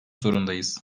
zorundayız